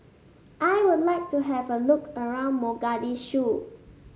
I would like to have a look around Mogadishu